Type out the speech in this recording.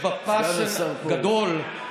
(חבר הכנסת שמחה רוטמן יוצא מאולם המליאה.)